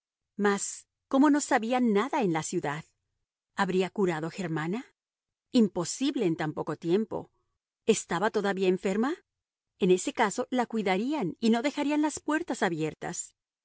mas cómo no sabían nada en la ciudad habría curado germana imposible en tan poco tiempo estaba todavía enferma en ese caso la cuidarían y no dejarían las puertas abiertas